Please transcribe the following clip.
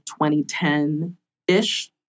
2010-ish